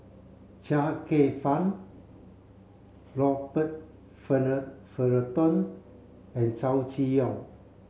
Chia Kwek Fah Robert Fullerton and Chow Chee Yong